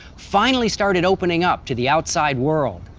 finally started opening up to the outside world.